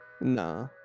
Nah